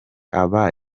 aba